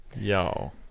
yo